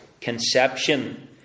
conception